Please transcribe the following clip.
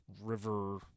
river